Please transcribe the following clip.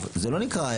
לא.